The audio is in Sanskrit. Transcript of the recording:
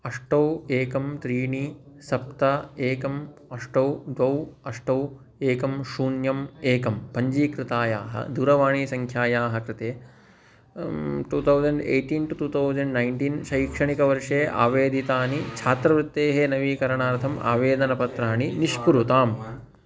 अष्टौ एकं त्रीणि सप्त एकम् अष्टौ द्वौ अष्टौ एकं शून्यम् एकं पञ्चीकृतायाः दूरवाणीसङ्ख्यायाः कृते two thousand eighteen to two thousand nineteen शैक्षणिकवर्षे आवेदितानि छात्रवृत्तेः नवीकरणार्थम् आवेदनपत्राणि निष्कुरुताम्